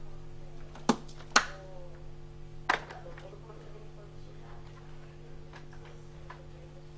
זה שיקול דעת של היושב-ראש.